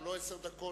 גם לו עשר דקות.